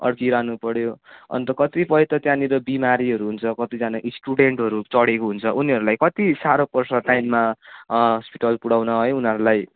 अड्किरहनु पर्यो अन्त कतिपय त त्यहाँनिर बिमारीहरू हुन्छ कतिजना स्टुडेन्टहरू चढेको हुन्छ उनीहरूलाई कति साह्रो पर्छ टाइममा हस्पिटल पुर्याउन है उनीहरूलाई